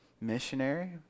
missionary